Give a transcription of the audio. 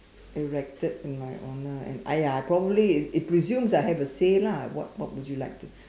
erected in my honour and !aiya! I probably it presumes I have a say lah at what what would you like to